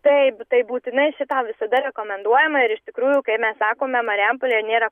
taip taip būtinai šitą visada rekomenduojama ir iš tikrųjų kai mes sakome marijampolėje nėra